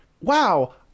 wow